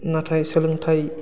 नाथाय सोलोंथाइ